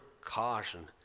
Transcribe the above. caution